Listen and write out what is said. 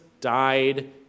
died